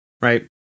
right